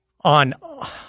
on